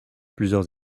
plusieurs